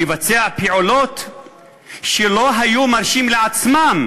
לבצע פעולות שהם לא היו מרשים לעצמם